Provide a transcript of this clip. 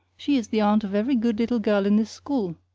she is the aunt of every good little girl in this school.